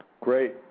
Great